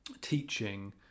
teaching